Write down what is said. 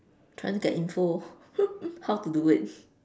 trying to get info how to do it